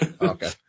Okay